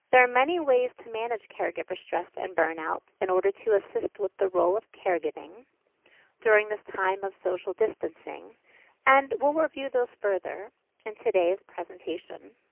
there are many ways to manage caregiver stress and burn-out in order to assist with the role of caregiving during this time of social distancing and we'll review those further in today's presentation.